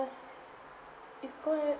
cause it's gonna